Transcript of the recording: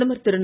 பிரதமர் திரு